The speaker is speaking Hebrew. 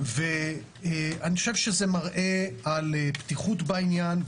ואני חושב שזה מראה על פתיחות בעניין,